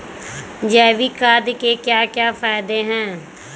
जैविक खाद के क्या क्या फायदे हैं?